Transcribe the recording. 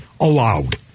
allowed